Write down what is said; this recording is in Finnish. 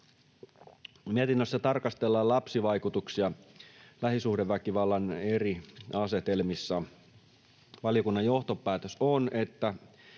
Mietinnössä tarkastellaan lapsivaikutuksia lähisuhdeväkivallan eri asetelmissa. Valiokunnan johtopäätös on, että